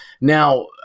Now